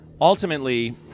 Ultimately